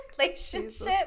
relationship